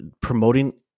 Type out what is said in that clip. promoting